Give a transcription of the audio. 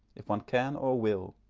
if one can or will